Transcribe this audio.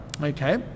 okay